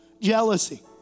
jealousy